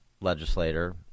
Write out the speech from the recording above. legislator –